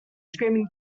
screaming